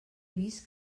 vist